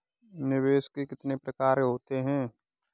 निवेश के कितने प्रकार होते हैं?